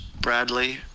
Bradley